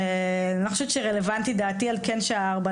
אני לא חושבת שרלוונטי דעתי על כן שעה 16:00,